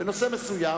בנושא מסוים,